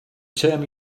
term